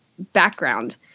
background